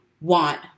want